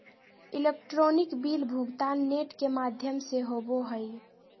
electronic bill भुगतान net के माघ्यम से होवो हइ